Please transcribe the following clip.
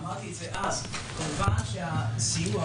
כמובן שהסיוע,